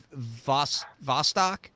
Vostok